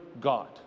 God